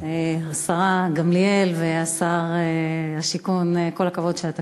השרה גמליאל ושר השיכון, כל הכבוד שאתה כאן.